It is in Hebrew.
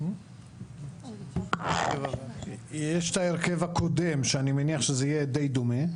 יש את ההרכב הקודם שאני מניח שזה יהיה די דומה.